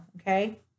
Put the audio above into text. okay